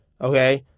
Okay